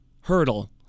hurdle